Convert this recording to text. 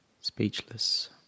Speechless